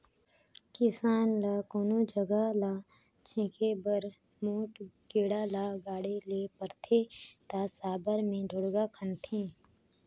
किसान ल कोनोच जगहा ल छेके बर मोट गेड़ा ल गाड़े ले परथे ता साबर मे ढोड़गा खनथे